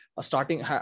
starting